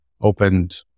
opened